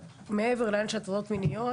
מעבר לעניין של הטרדות מיניות,